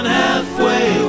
halfway